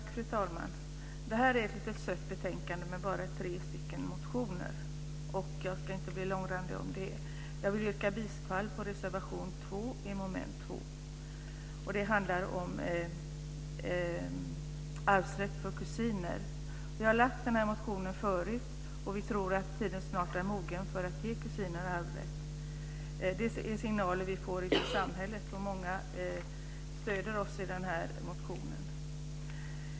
Fru talman! Det här är ett litet sött betänkande med bara tre motioner. Jag ska inte bli långrandig om det. Jag vill yrka bifall till reservation 2 under mom. 2. Den handlar om arvsrätt för kusiner. Vi har lagt fram den här motionen förut och vi tror att tiden snart är mogen för att ge kusiner arvsrätt. Det är signaler som vi får ute i samhället. Många stöder den här motionen.